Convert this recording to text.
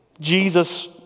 Jesus